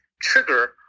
trigger